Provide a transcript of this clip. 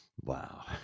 Wow